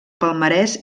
palmarès